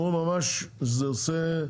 אמרו ממש שזה עושה.